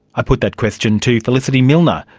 i put that question to felicity millner,